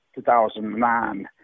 2009